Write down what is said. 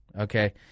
Okay